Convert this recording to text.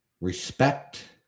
Respect